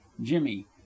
jimmy